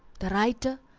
the writer,